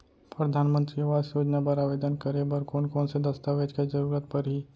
परधानमंतरी आवास योजना बर आवेदन करे बर कोन कोन से दस्तावेज के जरूरत परही?